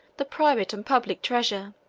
the private and public treasure